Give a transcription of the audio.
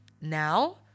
Now